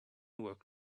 work